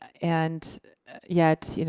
and yet, you know,